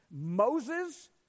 Moses